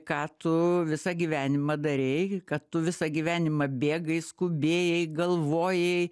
ką tu visą gyvenimą darei kad tu visą gyvenimą bėgai skubėjai galvojai